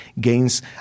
gains